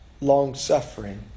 long-suffering